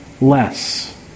less